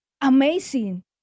amazing